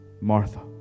Martha